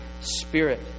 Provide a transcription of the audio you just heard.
spirit